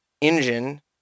engine